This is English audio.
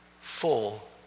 full